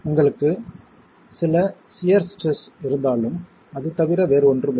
உங்களுக்கு சில சியர் ஸ்ட்ரெஸ் இருந்தாலும் அது தவிர வேறு ஒன்றும் இல்லை